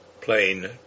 plain